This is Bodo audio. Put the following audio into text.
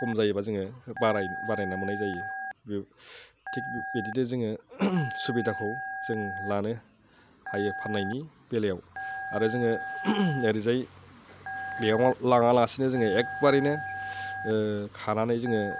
खम जायोबा जोङो बारायलांनाय जायो थिग बिदिनो जोङो सुबिदाखौ जों लानो हायो फाननायनि बेलायाव आरो जोङो ओरैजाय बेयाव लाङालासिनो जोङो एगबारैनो खानानै जोङो